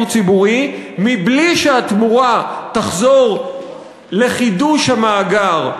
ציבורי מבלי שהתמורה תחזור לחידוש המאגר,